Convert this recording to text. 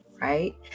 Right